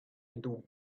into